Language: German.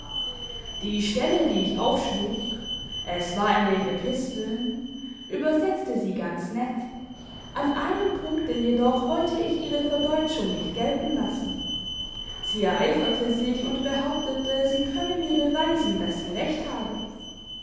die stelle die ich aufschlug es war in den episteln übersetzte sie ganz nett an einem punkte jedoch wollte ich ihre verdeutschung nicht gelten lassen sie ereiferte sich und behauptete sie könne mir beweisen daß sie recht habe